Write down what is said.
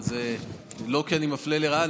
אבל זה לא כי אני מפלה לרעה.